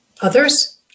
others